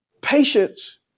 patience